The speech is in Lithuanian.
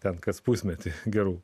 ten kas pusmetį gerų